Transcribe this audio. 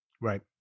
Right